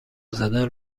زدن